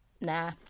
nah